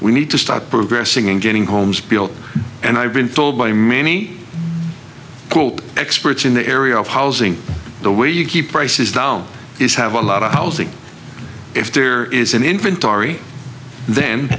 we need to start progressing and getting homes built and i've been told by many quote experts in the area of housing the way you keep prices down is have a lot of housing if there is an inventory then